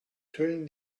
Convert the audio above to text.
turning